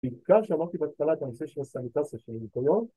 ‫בעיקר שאמרתי בהתחלה ‫את הנושא של הסנטציה של הניקיון.